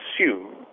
assume